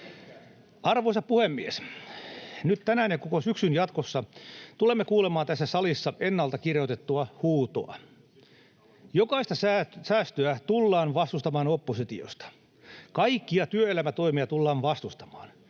Arvoisa puhemies! Nyt tänään ja koko syksyn, jatkossa, tulemme kuulemaan tässä salissa ennalta kirjoitettua huutoa. Jokaista säästöä tullaan vastustamaan oppositiosta, kaikkia työelämätoimia tullaan vastustamaan,